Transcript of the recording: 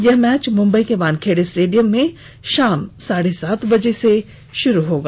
यह मैच मुंबई के वानखेड़े स्टेडियम में शाम साढ़े सात बजे से शुरू होगा